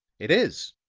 it is,